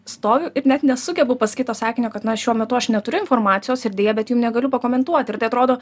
stoviu ir net nesugebu pasakyt to sakinio kad na šiuo metu aš neturiu informacijos ir deja bet jum negaliu pakomentuoti ir tai atrodo